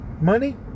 money